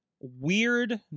weird